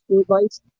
advice